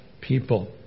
people